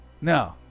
no